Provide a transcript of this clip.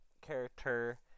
character